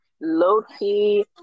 low-key